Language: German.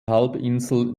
halbinsel